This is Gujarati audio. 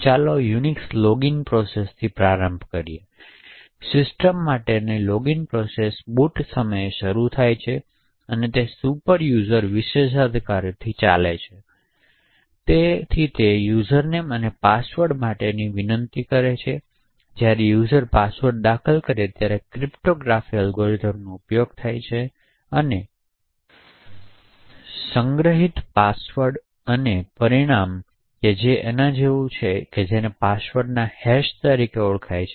ચાલો યુનિક્સ લોગિન પ્રોસેસથી પ્રારંભ કરીએ સિસ્ટમ માટેની લોગિન પ્રોસેસ બૂટ સમયે શરૂ થાય છે અને તે સુપરયુઝર વિશેષાધિકારોથી ચાલે છે તેથી તે યુઝરનામ અને પાસવર્ડ માટેની વિનંતી કરે છે તેથી જ્યારે યુઝર પાસવર્ડ દાખલ કરે ત્યારે ક્રિપ્ટોગ્રાફિક અલ્ગોરિધમનો ઉપયોગ થાય છે સંગ્રહિત પાસવર્ડ અને પરિણામ એ કંઈક છે જે પાસવર્ડના હેશ તરીકે ઓળખાય છે